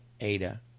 Ada